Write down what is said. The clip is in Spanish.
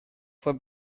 fue